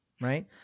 Right